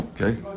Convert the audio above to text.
Okay